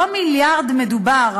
אותו מיליארד מדובר,